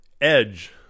edge